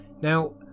Now